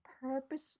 purpose